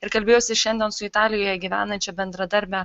ir kalbėjausi šiandien su italijoje gyvenančia bendradarbe